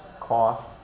cost